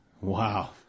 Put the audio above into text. Wow